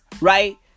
right